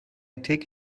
take